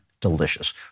Delicious